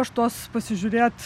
aš tuos pasižiūrėt